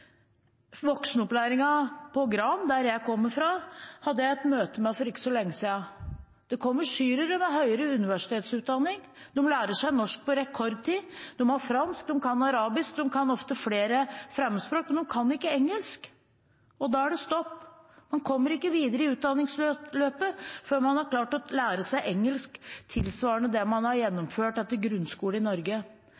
Voksenopplæringen på Gran, der jeg kommer fra, hadde jeg et møte med for ikke så lenge siden. Det kommer syrere med høyere universitetsutdanning. De lærer seg norsk på rekordtid. De har fransk, de kan arabisk, de kan ofte flere fremmedspråk, men de kan ikke engelsk, og da er det stopp. De kommer ikke videre i utdanningsløpet før de har klart å lære seg engelsk tilsvarende det man har